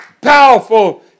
powerful